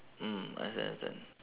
mm understand understand